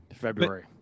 February